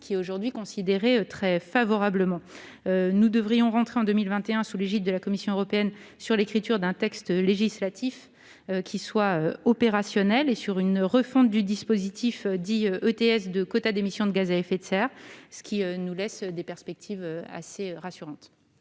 considèrent aujourd'hui cette proposition très favorablement. Nous devrions entamer en 2021, sous l'égide de la Commission européenne, l'écriture d'un texte législatif opérationnel sur une refonte du dispositif, dit ETS, de quotas d'émission de gaz à effet de serre, ce qui nous offre des perspectives assez rassurantes.